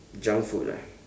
junk food ah